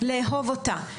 לאהוב אותה,